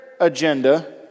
agenda